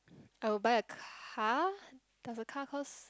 I would buy a car does a car cost